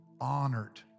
honored